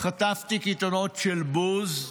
חטפתי קיתונות של בוז,